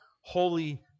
holy